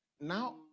now